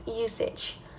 usage